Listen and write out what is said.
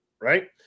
right